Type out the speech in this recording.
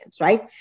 right